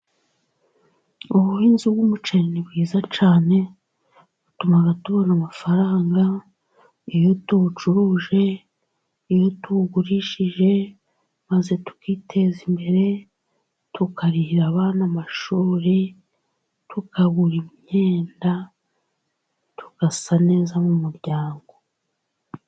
Ubuhinzi bw'umuceri ni bwiza cyane, butuma tubona amafaranga iyo tuwucuruje, iyo tuwugurishije maze tukiteza imbere, tukarihira abana amashuri, tukagura imyenda, tugasa neza mu muryango.